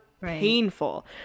painful